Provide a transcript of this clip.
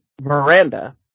Miranda